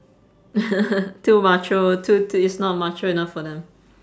too macho too too it's not macho enough for them